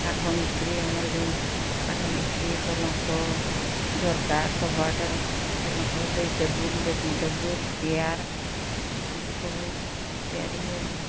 କାଠ ମିସ୍ତ୍ରୀ ଆମର ଯେଉଁ କାଠ ମିସ୍ତ୍ରୀ ପଲଙ୍କ ଝରକା କବାଟ ପଲଙ୍କ ଟେବୁଲ୍ ଡ୍ରେସିଂ ଟେବୁଲ୍ ଚେୟାର୍ ଏମିତି ସବୁ ତିଆରି ହୁଏ ଆଉ